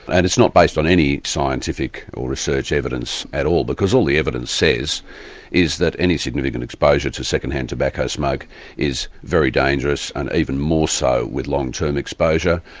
and it's not based on any scientific or research evidence at all, because all the evidence says is that any significant exposure to second-hand tobacco smoke is very dangerous, and even more so with long-term exposure,